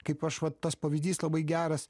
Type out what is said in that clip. kaip aš va tas pavyzdys labai geras